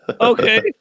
Okay